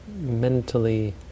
mentally